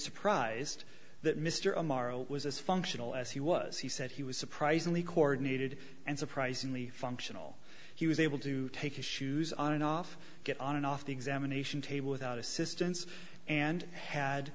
surprised that mr amaro was as functional as he was he said he was surprisingly coordinated and surprisingly functional he was able to take his shoes on and off get on and off the examination table without assistance and had